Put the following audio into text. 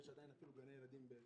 יש אפילו גני ילדים בקרוואנים,